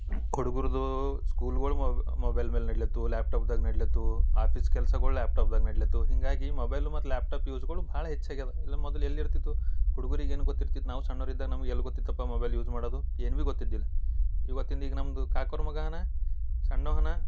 ಹುಡ್ಗರ್ದು ಸ್ಕೂಲ್ಗಳು ಮೊಬೈಲ್ ಮೇಲೆ ನಡಿಲತ್ತು ಲ್ಯಾಪ್ಟಾಪ್ದಾಗೆ ನಡಿಲತ್ತೂ ಆಫೀಸ್ ಕೆಲ್ಸಗಳು ಲ್ಯಾಪ್ಟಾಪ್ದಾಗೆ ನಡಿಲತ್ತು ಹೀಗಾಗಿ ಮೊಬೈಲು ಮತ್ತು ಲ್ಯಾಪ್ಟಾಪ್ ಯೂಸ್ಗಳು ಭಾಳ ಹೆಚ್ಚಾಗಿದೆ ಇಲ್ಲ ಮೊದಲು ಎಲ್ಲಿರ್ತಿದ್ವು ಹುಡ್ಗುರಿಗೇನು ಗೊತ್ತಿರ್ತಿತ್ತು ನಾವು ಸಣ್ಣೋರಿದ್ದಾಗ ನಮಗೆ ಎಲ್ಲಿ ಗೊತ್ತಿತ್ತಪ್ಪ ಮೊಬೈಲ್ ಯೂಸ್ ಮಾಡೋದು ಏನೂ ಬಿ ಗೊತ್ತಿದ್ದಿಲ್ಲ ಇವತ್ತಿಂದ ಈಗ ನಮ್ಮದು ಕಾಕೋವ್ರ ಮಗನು ಸಣ್ಣವನು